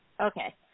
Okay